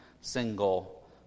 single